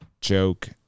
joke